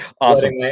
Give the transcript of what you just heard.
Awesome